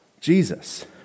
Jesus